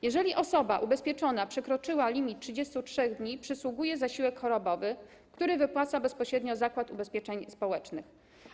Jeżeli osoba ubezpieczona przekroczyła limit 33 dni, przysługuje jej zasiłek chorobowy, który wypłaca bezpośrednio Zakład Ubezpieczeń Społecznych.